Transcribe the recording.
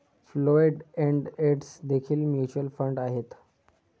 closed end funds देखील mutual fund आहेत